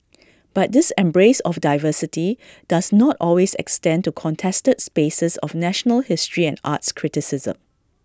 but this embrace of diversity does not always extend to contested spaces of national history and arts criticism